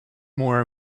more